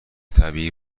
طبیعی